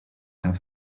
have